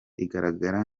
igaragara